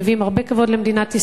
הם מביאים הרבה כבוד למדינת ישראל.